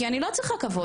כי אני לא צריכה כבוד,